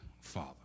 Father